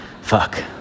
fuck